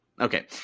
Okay